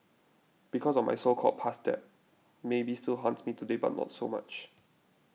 because of my so called past debt maybe still haunts me today but not so much